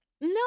No